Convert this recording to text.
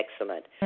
excellent